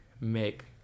make